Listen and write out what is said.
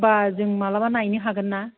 होनबा जों मालाबा नायनो हागोन्ना